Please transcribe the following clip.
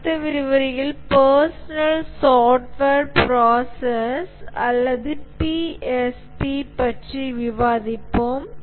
அடுத்த விரிவுரையில் personal software process அல்லது PSP பற்றி விவாதிப்போம்